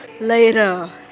later